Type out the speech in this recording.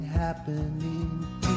Happening